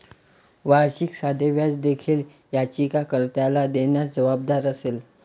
वार्षिक साधे व्याज देखील याचिका कर्त्याला देण्यास जबाबदार असेल